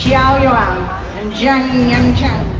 yeah ah yuan and zhang yanquang.